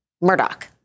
Murdoch